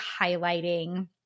highlighting